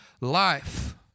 life